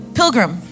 pilgrim